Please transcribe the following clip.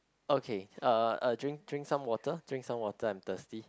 okay uh uh drink drink some water drink some water I'm thirsty